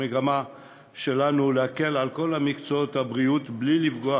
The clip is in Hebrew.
הצעת חוק זו היא חלק ממגמה שלנו להקל בכל מקצועות הבריאות בלי לפגוע,